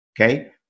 okay